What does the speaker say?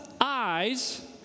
eyes